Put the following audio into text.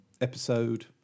episode